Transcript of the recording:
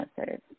answers